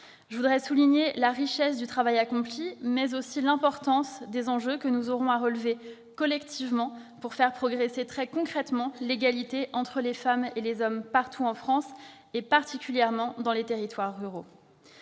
Je voudrais souligner la richesse du travail accompli, mais aussi l'importance des enjeux que nous aurons à relever collectivement pour faire progresser très concrètement l'égalité entre les femmes et les hommes partout en France, et particulièrement dans les territoires ruraux.